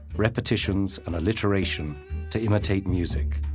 repetitions, and alliteration to imitate music,